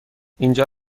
اینجا